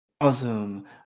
Awesome